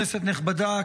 כנסת נכבדה,